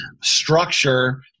structure